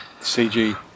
CG